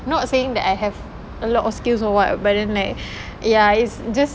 not saying that I have a lot of skills or what but then like ya it's just